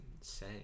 say